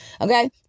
Okay